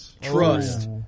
Trust